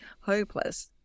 hopeless